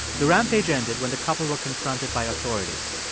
the rampage ended when the couple were confronted by authorities.